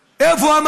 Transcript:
איפה משרד החינוך,